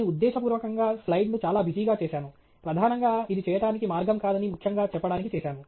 నేను ఉద్దేశపూర్వకంగా స్లయిడ్ను చాలా బిజీగా చేసాను ప్రధానంగా ఇది చేయటానికి మార్గం కాదని ముఖ్యంగా చెప్పడానికి చేశాను